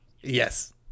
Yes